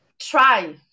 try